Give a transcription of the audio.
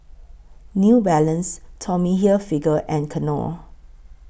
New Balance Tommy Hilfiger and Knorr